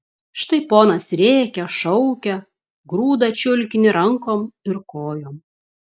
štai ponas rėkia šaukia grūda čiulkinį rankom ir kojom